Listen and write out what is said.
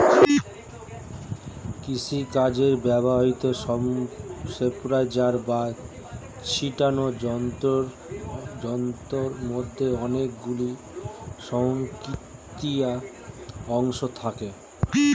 কৃষিকাজে ব্যবহৃত স্প্রেয়ার বা ছিটোনো যন্ত্রের মধ্যে অনেকগুলি স্বয়ংক্রিয় অংশ থাকে